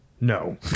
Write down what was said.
no